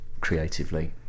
creatively